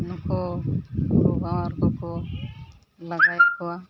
ᱱᱩᱠᱚ ᱵᱷᱟᱶᱟᱨ ᱫᱚᱠᱚ ᱞᱟᱜᱟᱭᱮᱫ ᱠᱚᱣᱟ